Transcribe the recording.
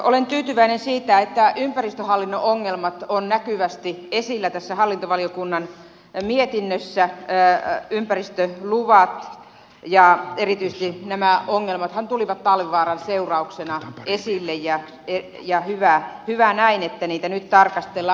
olen tyytyväinen siitä että ympäristöhallinnon ongelmat ovat näkyvästi esillä tässä hallintovaliokunnan mietinnössä ympäristöluvat ja erityisesti nämä ongelmathan tulivat talvivaaran seurauksena esille ja hyvä näin että niitä nyt tarkastellaan